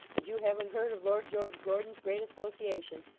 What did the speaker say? that you haven't heard of lord george gordon's great association?